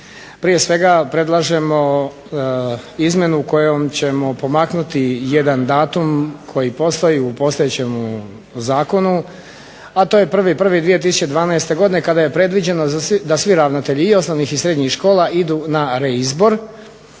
Prije svega predlažemo izmjenu kojom ćemo pomaknuti jedan datum koji postoji u postojećemu zakonu, a to je 1.1.2012. godine kada je predviđeno da svi ravnatelji i osnovnih i srednjih škola idu na reizbor.